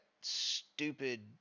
stupid